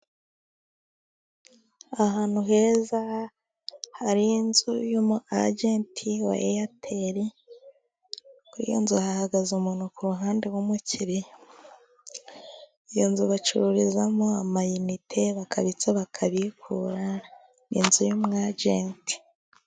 Ahantu heza hari inzu y'umwagenti wa airtel. Kuri iyo nzu hahagaze umuntu ku ruhande. Iyo nzu bacururizamo amayinite, bakabitsa, bakabikura. Ni inzu y'umwagenti.